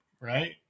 right